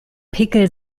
pickel